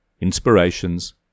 Inspirations